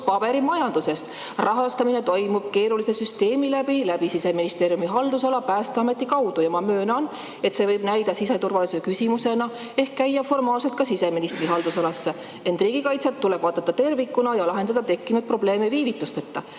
paberimajandusest. Rahastamine toimub keeruliselt: läbi Siseministeeriumi haldusala Päästeameti kaudu. Jah, ma möönan, et see võib näida siseturvalisuse küsimusena ehk käia formaalselt ka siseministri haldusalasse, ent riigikaitset tuleb vaadata tervikuna ja tekkinud probleemid lahendada viivitusteta,